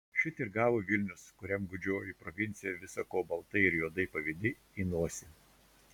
šit ir gavo vilnius kuriam gūdžioji provincija visa ko baltai ir juodai pavydi į nosį